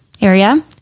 area